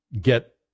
get